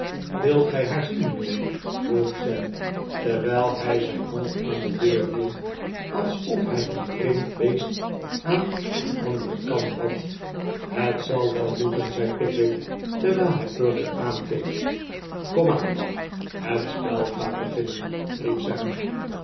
wilt gij haar zien mijnheer vroeg sam terwijl hij zijn hand aan de deur hield alsof hij een vreemd beest aan den anderen kant had het zal wel moeten zei pickwick terwijl hij perker aankeek komaan dan het spel gaat beginnen riep sam